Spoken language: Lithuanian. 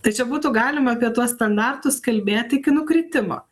tai čia būtų galima apie tuos standartus kalbėt iki nukritimo